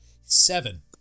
Seven